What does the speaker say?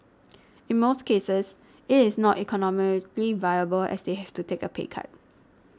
in most cases it is not economically viable as they have to take a pay cut